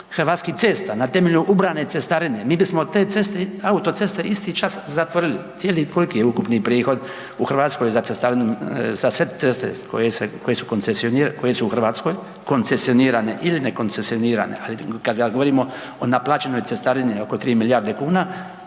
Hrvatskih cesta na temelju ubrane cestarine, mi bismo te ceste, autoceste isti čas zatvorili, cijeli, koliki je ukupni prihod u Hrvatskoj za cestarinu za sve ceste koje se, koje su koncesionirane, koje su u Hrvatskoj koncesionirane ili ne koncesionirane. Ali kad govorimo o naplaćenoj cestarini oko 3 milijarde kuna